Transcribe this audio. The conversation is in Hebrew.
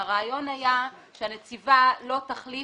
והרעיון היה שהנציבה לא תחליט